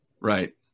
Right